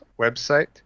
website